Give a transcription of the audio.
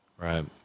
Right